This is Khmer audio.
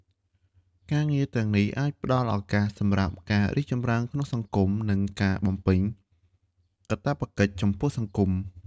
ការងារទាំងនេះអាចផ្តល់ឱកាសសម្រាប់ការរីកចម្រើនក្នុងសង្គម និងការបំពេញកាតព្វកិច្ចចំពោះសង្គម។